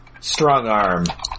Strongarm